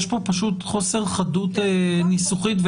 יש פה פשוט חוסר חדות ניסוחית,